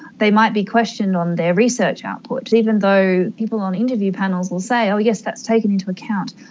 they might be questioned on their research output, even though people on interview panels will say, oh yes, that's taken into account.